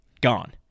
Gone